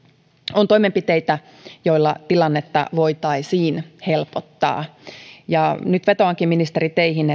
on toimenpiteitä joilla tilannetta voitaisiin helpottaa nyt vetoankin ministeri teihin